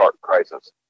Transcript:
crisis